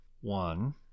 One